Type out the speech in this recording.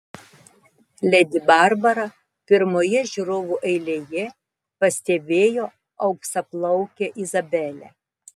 ledi barbara pirmoje žiūrovų eilėje pastebėjo auksaplaukę izabelę